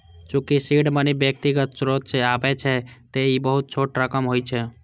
चूंकि seed money व्यक्तिगत स्रोत सं आबै छै, तें ई बहुत छोट रकम होइ छै